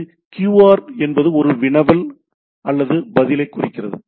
இது QR என்பது ஒரு வினவல் அல்லது பதிலைக் குறிக்கிறது